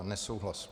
Nesouhlas.